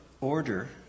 order